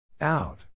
Out